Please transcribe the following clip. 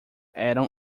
eram